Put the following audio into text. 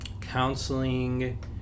counseling